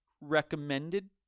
recommended